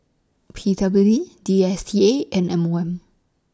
P W D D S T A and M one